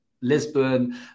Lisbon